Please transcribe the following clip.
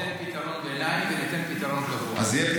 ניתן פתרון ביניים וניתן גם פתרון קבוע.